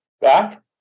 back